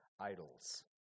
idols